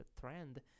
trend